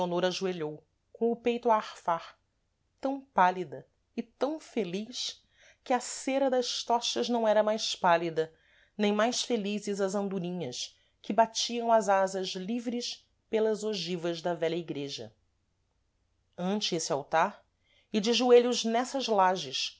a arfar tam pálida e tam feliz que a cera das tochas não era mais pálida nem mais felizes as andorinhas que batiam as asas livres pelas ogivas da vélha igreja ante êsse altar e de joelhos nessas lages